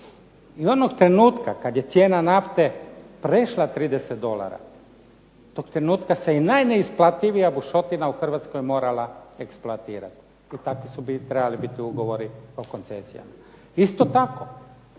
I onog trenutka kad je cijena nafte prešla 30 dolara, tog trenutka se i najneisplativija bušotina u Hrvatskoj morala eksploatirati, i takvi su trebali biti ugovori o koncesijama. Isto tako,